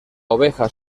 oveja